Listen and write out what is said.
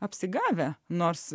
apsigavę nors